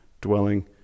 dwelling